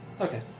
Okay